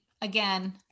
again